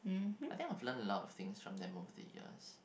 I think I've learnt a lot of things from them over the years